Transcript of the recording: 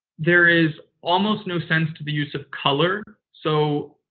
there is almost no sense to the use of color. so,